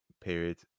period